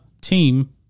team